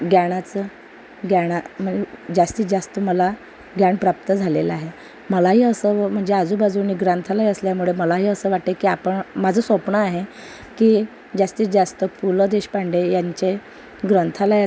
ग्यानाचं ग्यान मन जास्तीत जास्त मला ग्यान प्राप्त झालेलं आहे मलाही असं म्हणजे आजूबाजूनी ग्रंथालय असल्यामुळे मलाही असं वाटते की आपण माझं स्वप्न आहे की जास्तीत जास्त पु ल देशपांडे यांचे ग्रंथालयात